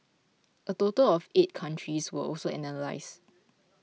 a total of eight countries were also analysed